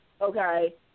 okay